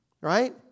Right